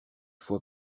faut